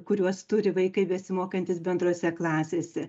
kuriuos turi vaikai besimokantys bendrose klasėse